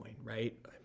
right